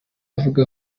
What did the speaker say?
avuga